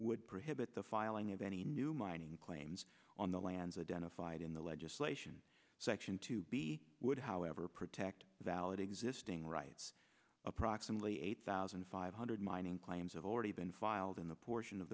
would prohibit the filing of any new mining claims on the lands identified in the legislation section two b would however protect valid existing rights approximately eight thousand five hundred mining claims have already been filed in the portion of